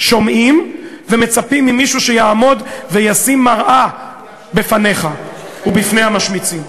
שומעים ומצפים ממישהו שיעמוד וישים מראה בפניך ובפני המשמיצים.